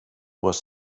was